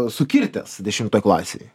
sukirtęs dešimtoj klasėj